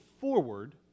forward